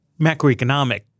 macroeconomic